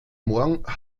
morgen